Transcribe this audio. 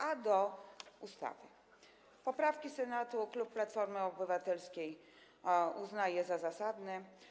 A co do ustawy - poprawki Senatu klub Platformy Obywatelskiej uznaje za zasadne.